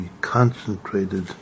concentrated